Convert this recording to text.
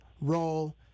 role